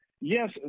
Yes